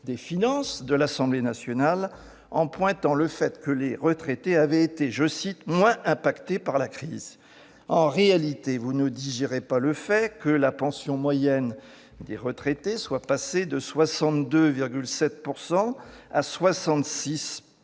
des finances de l'Assemblée nationale, en pointant le fait que les retraités avaient été « moins impactés » par la crise ! En réalité, vous ne digérez pas le fait que la pension moyenne des retraités soit passée de 62,7 % à 66,1